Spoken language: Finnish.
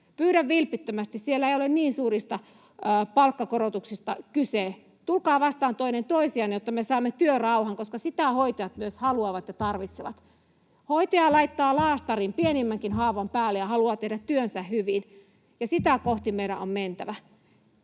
Pyydän vilpittömästi. Siellä ei ole niin suurista palkkakorotuksista kyse. Tulkaa vastaan toinen toisianne, jotta me saamme työrauhan, koska sitä hoitajat myös haluavat ja tarvitsevat. Hoitaja laittaa laastarin pienimmänkin haavan päälle ja haluaa tehdä työnsä hyvin, ja sitä kohti meidän on mentävä.